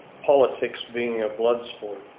politics being a bloodsport.